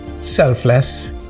selfless